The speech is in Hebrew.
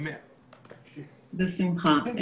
בשמחה.